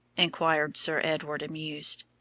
inquired sir edward, amused.